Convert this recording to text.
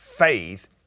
faith